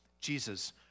Jesus